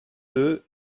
deux